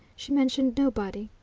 she mentioned nobody.